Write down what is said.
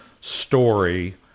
story